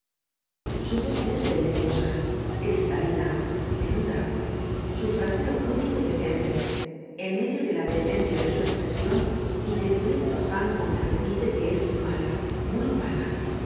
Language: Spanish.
su voz es deliciosa cristalina menuda su fraseo púdico y decente en medio de la vehemencia de su expresión y del violento afán con que repite que es mala muy mala